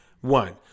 One